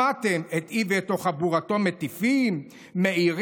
- שמנסה לחיות חיים במציאות כלכלית בלתי אפשרית.